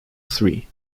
three